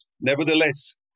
Nevertheless